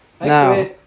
Now